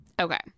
Okay